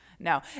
No